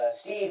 Steve